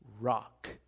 rock